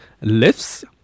lifts